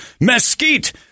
Mesquite